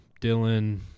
Dylan